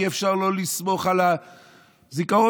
אי-אפשר לסמוך על הזיכרון.